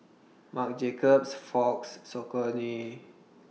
Marc Jacobs Fox Saucony